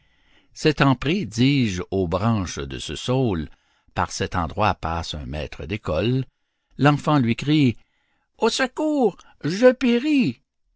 s'étant pris dis-je aux branches de ce saule par cet endroit passe un maître d'école l'enfant lui crie au secours je péris